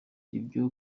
ibyo